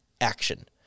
action